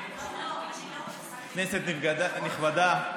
כנסת נכבדה,